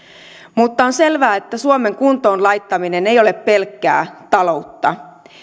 mutta on selvää että suomen kuntoon laittaminen ei ole pelkkää taloutta